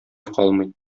калмый